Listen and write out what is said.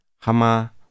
Hama